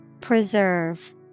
Preserve